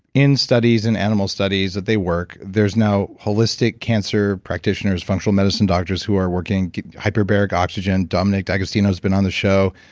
in studies in animal studies, that they work. there's now holistic cancer practitioners, functional medicine doctors, who are working hyperbaric oxygen. dominic d'agostino has been on the show.